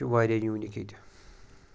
چھُ واریاہ یوٗنیٖک ییٚتہِ